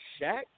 Shaq